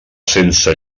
sense